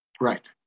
Right